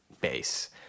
base